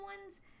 ones